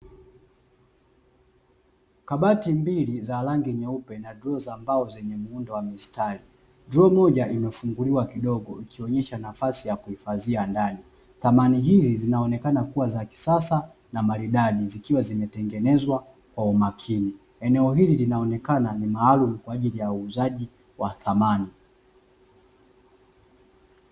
Kabati mbili za rangi nyeupe na droo mbili zenye mbao zenye mstari, droo moja imefunguliwa kidogo ikionyesha nafasi ya kuhifadhia ndani samani hizi zinaonekana zikiwa za kisasa na maridadi, zikiwa zimetengenezwa kwa umakini eneo hili linaonekana ni maalumu kwaajili ya uuzaji wa samani.